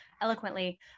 eloquently